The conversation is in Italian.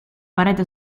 parete